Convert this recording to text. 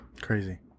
Crazy